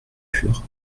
fur